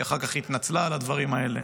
היא אחר כך התנצלה על הדברים האלה.